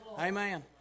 Amen